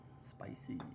Spicy